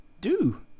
Do